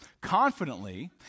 confidently